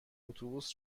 اتوبوس